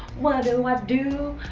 what do i do?